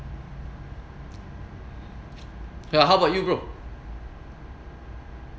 h~ how about you bro